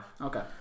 Okay